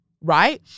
right